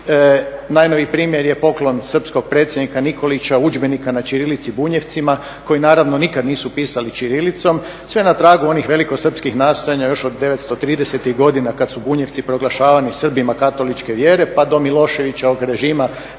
Najnoviji primjer je poklon srpskog predsjednika Nikolića udžbenika na ćirilici Bunjevcima koji naravno nikad nisu pisali ćirilicom, sve na tragu onih velikosrpskih nastojanja još od 930.-tih godina kad su Bunjevci proglašavani Srbima katoličke vjere, pa do Miloševićevog režima